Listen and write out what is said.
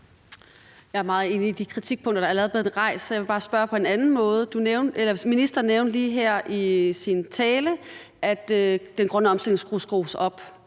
Jeg er meget enig i de kritikpunkter, der allerede er blevet rejst, så jeg vil bare spørge om noget andet. Ministeren nævnte lige her i sin tale, at der skulle skrues op